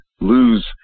lose